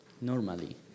normally